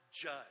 judge